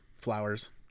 flowers